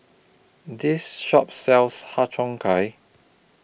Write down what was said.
This Shop sells Har Cheong Gai